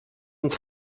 uns